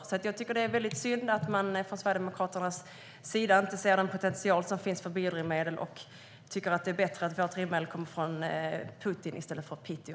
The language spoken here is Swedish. Jag tycker att det är väldigt synd att ni från Sverigedemokraterna inte ser den potential som finns med biodrivmedel och att ni tycker att det är bättre att vårt drivmedel kommer från Putin i stället för Piteå.